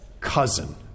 cousin